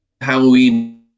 Halloween